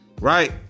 right